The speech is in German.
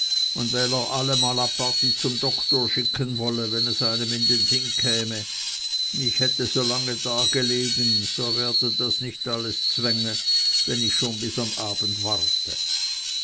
tun wenn er allemal aparti zum doktor schicken wollte wenn es einem in sinn käme hätte ich so lange da gelegen so werde das nicht alles zwänge wenn ich schon bis am abend warte